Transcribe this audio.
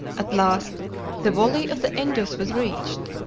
at last the valley of the indus was reached.